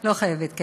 לא חייבת.